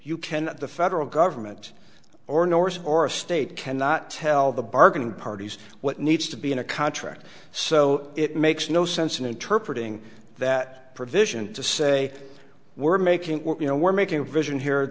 can the federal government or norse or a state cannot tell the bargain parties what needs to be in a contract so it makes no sense in interpret ing that provision to say we're making you know we're making a vision here